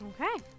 Okay